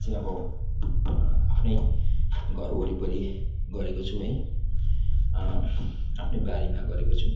चाहिँ अब आफ्नै घर वरिपरी गरेको छु है आफ्नै बारीमा गरेको छु